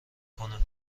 کنه